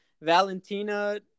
Valentina